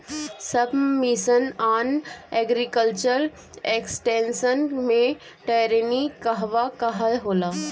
सब mission on agriculture extension मै टेरेनीं कहवा कहा होला?